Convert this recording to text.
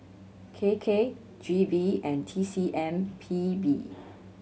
K K G V and T C M P B